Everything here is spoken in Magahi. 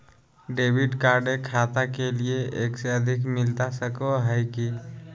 डेबिट कार्ड एक खाता के लिए एक से अधिक मिलता सको है की?